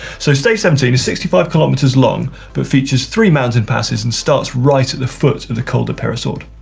so stage seventeen is sixty five kilometers long but features three mountain passes and starts right at the foot of the col de peyresourde.